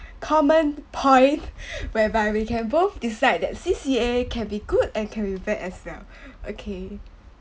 common point whereby we can both decide that C_C_A can be good and can be bad as well okay